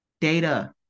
data